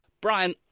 Brian